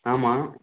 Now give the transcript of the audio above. ஆமாம்